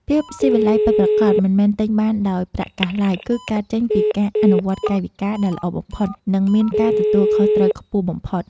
ភាពស៊ីវិល័យពិតប្រាកដមិនមែនទិញបានដោយប្រាក់កាសឡើយ គឺ កើតចេញពីការអនុវត្តកាយវិការដែលល្អបំផុត និង មានការទទួលខុសត្រូវខ្ពស់បំផុត។